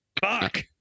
fuck